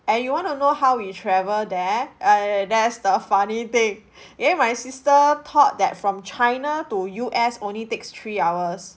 and you want to know how we travel there err that's the funny thing okay my sister thought that from china to U_S only takes three hours